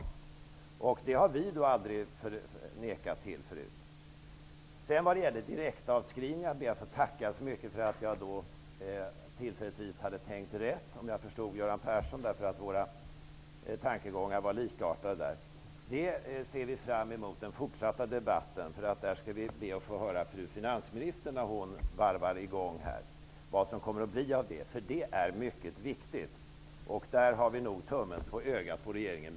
Vi har aldrig nekat till det. I fråga om direktavskrivningar ber jag att få tacka för att jag tillfälligtvis har tänkt rätt. Om jag förstår Göran Persson rätt är våra tankegångar likartade på den punkten. Vi ser fram emot den fortsatta debatten. Då skall vi få höra när fru finansministern varvar i gång. Det är viktigt. Vi har bägge tummen på ögat på regeringen.